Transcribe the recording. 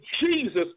Jesus